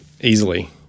easily